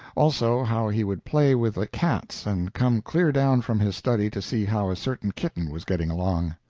also, how he would play with the cats and come clear down from his study to see how a certain kitten was getting along.